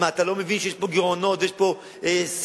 אתה לא מבין שיש פה גירעונות ויש פה חלוקת